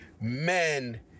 men